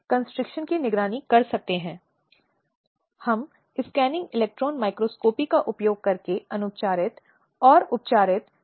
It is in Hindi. प्रश्न जटिल या भ्रामक नहीं हैं पूछताछ के दौरान गवाह को बीच में समय देने की आवश्यकता होती है